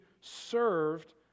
served